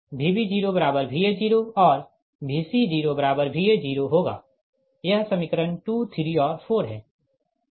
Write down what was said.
तो यह Va0 Vb0Va0 और Vc0Va0 होगा यह समीकरण 2 3 और 4 है